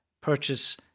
purchase